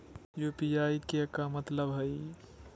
UPI के का मतलब हई?